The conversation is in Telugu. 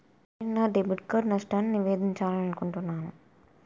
నేను నా డెబిట్ కార్డ్ నష్టాన్ని నివేదించాలనుకుంటున్నాను